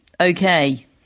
Okay